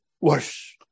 worse